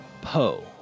Poe